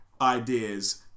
ideas